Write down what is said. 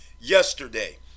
Yesterday